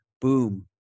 boom